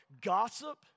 gossip